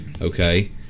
Okay